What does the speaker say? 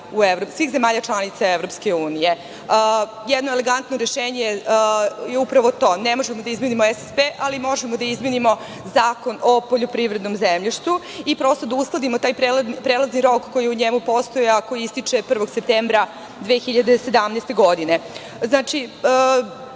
svih zemalja članica EU.Jedno elegantno rešenje je upravo to. Ne možemo da izmenimo SSP, ali možemo da izmenimo Zakon o poljoprivrednom zemljištu i prosto da uskladimo taj prelazni rok koji u njemu postoji, a koji ističe 1. septembra 2017. godine.